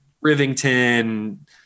Rivington